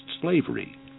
slavery